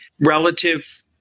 relative